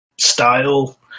style